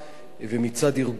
ומצד ארגונים,